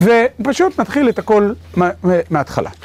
ופשוט נתחיל את הכל מההתחלה.